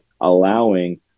allowing